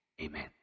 amen